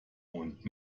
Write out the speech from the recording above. und